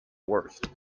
worst